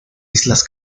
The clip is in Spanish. islas